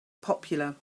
popular